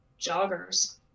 joggers